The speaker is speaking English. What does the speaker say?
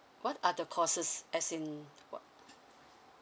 what are the courses as in what